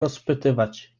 rozpytywać